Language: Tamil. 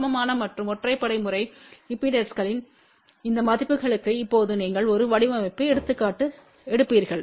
சமமான மற்றும் ஒற்றைப்படை முறை இம்பெடன்ஸ்களின் இந்த மதிப்புகளுக்கு இப்போது நீங்கள் ஒரு வடிவமைப்பு எடுத்துக்காட்டு எடுப்பீர்கள்